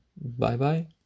bye-bye